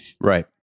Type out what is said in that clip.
right